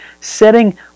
setting